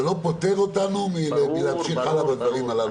זה לא פותר אותנו מלהמשיך בשאר דברים.